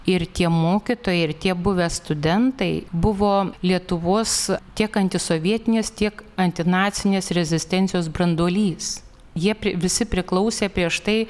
ir tie mokytojai ir tie buvę studentai buvo lietuvos tiek antisovietinės tiek antinacinės rezistencijos branduolys jie visi priklausė prieš tai